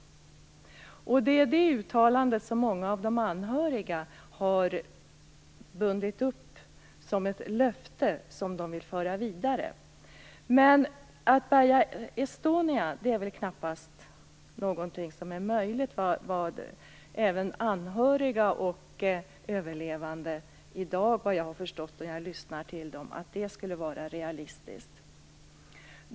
Det är dessa uttalanden som de anhöriga har bundit upp som ett löfte som de vill gå vidare med. Att bärga Estonia är väl knappast möjligt. Även anhöriga och överlevande tycker i dag enligt vad jag har hört att det inte skulle vara realistiskt.